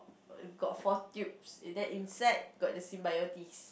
got four tubes in then inside there's symbiotes